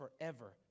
forever